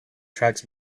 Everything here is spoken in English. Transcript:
tracks